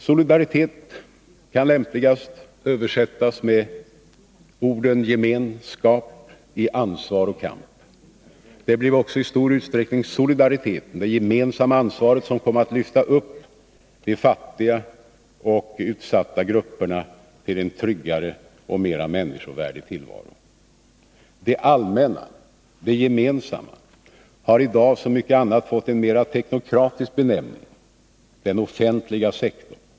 Solidaritet kan lämpligast översättas med orden gemenskap i ansvar och kamp. Det blev också i stor utsträckning solidariteten, det gemensamma ansvaret, som kom att lyfta upp de fattiga och utsatta grupperna till en tryggare och mera människovärdig tillvaro. Det allmänna, det gemensamma, har i dag som mycket annat fått en mera teknokratisk benämning: den offentliga sektorn.